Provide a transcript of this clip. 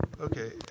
Okay